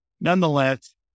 nonetheless